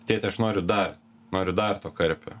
tėti aš noriu dar noriu dar to karpio